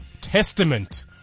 testament